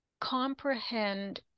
comprehend